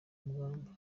mugambi